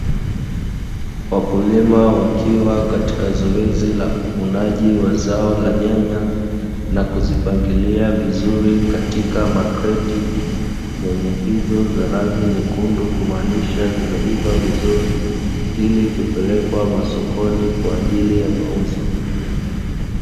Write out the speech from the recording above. Wakulima wakiwa katika zoezi la uvunaji wa zao la nyanya na kuzipangilia vizuri katika makreti yenye fito za rangi nyekundu kumaanisha zimeiva vizuri ili kupelekwa masokoni kwaajili ya mauzo.